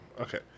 Okay